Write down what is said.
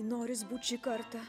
noris būt šį kartą